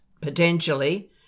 potentially